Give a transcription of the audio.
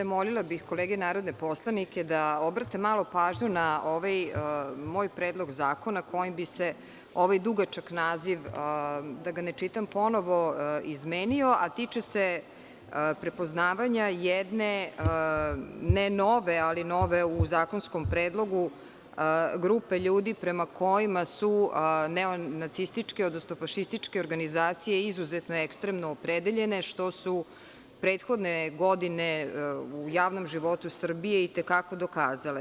Molila bih kolege narodne poslanike da obrate malo pažnju na ovaj moj predlog zakona, kojim bi se ovaj dugačak naziv, da ga ne čitam ponovo, izmenio, a tiče se prepoznavanja jedne, ne nove, ali nove u zakonskom predlogu, grupe ljudi prema kojima su neonacističke, odnosno fašističke organizacije izuzetno ekstremno opredeljene, što su prethodne godine u javnom životu Srbije i te kako dokazale.